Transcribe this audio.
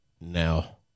now